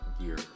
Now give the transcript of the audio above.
Gear